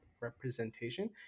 representation